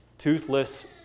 Toothless